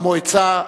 המועצה,